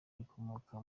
rikomoka